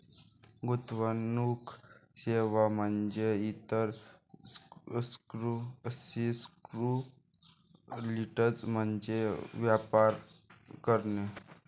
गुंतवणूक सेवा म्हणजे इतर सिक्युरिटीज मध्ये व्यापार करणे